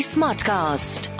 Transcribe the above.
Smartcast